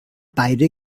beide